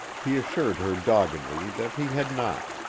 he assured her doggedly that he had not,